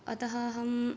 अतः अहं